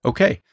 Okay